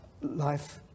life